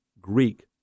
Greek